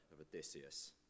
Odysseus